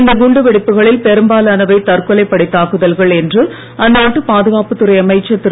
இந்த குண்டுவெடிப்புகளில் பெரும்பாலானவை தற்கொலைப் படைத் தாக்குதல்கள் என்று அந்நாட்டு பாதுகாப்புத் துறை அமைச்சர் திரு